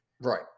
Right